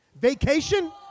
Vacation